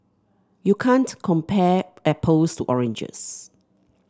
you can't compare apples to oranges